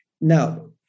Now